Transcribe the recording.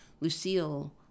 Lucille